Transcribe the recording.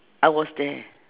I was there